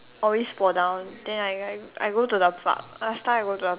I always fall down then I I I go to the park last time I go to the